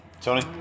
Tony